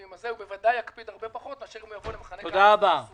הוא בוודאי יקפיד הרבה פחות מאשר אם הוא יבוא למחנה קיץ מסודר,